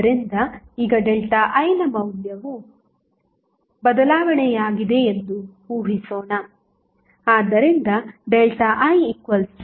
ಆದ್ದರಿಂದ ಈಗ ΔIನ ಮೌಲ್ಯವು ಬದಲಾವಣೆಯಾಗಿದೆ ಎಂದು ಊಹಿಸೋಣ